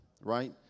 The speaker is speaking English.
right